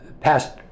past